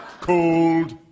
Cold